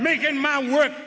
making my work